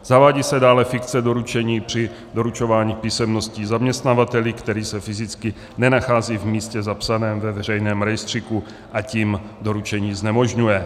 Zavádí se dále fikce doručení při doručování písemností zaměstnavateli, který se fyzicky nenachází v místě zapsaném ve veřejném rejstříku, a tím doručení znemožňuje.